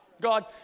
God